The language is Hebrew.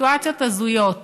בסיטואציות הזויות